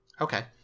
Okay